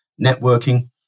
networking